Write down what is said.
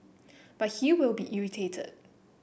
but he will be irritated